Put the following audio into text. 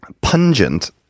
pungent